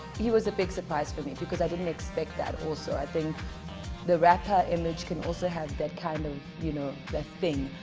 he was a big surprise for me because i didn't expect that also i think the rapper image can also have that kind of you know the thing.